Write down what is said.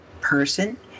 person